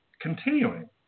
continuing